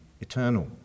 eternal